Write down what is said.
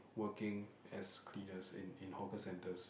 working as cleaners in in hawker centres